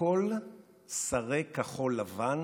וכל שרי כחול לבן